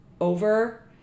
over